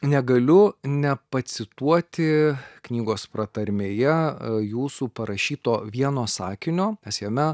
negaliu nepacituoti knygos pratarmėje jūsų parašyto vieno sakinio nes jame